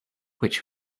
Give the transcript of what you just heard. which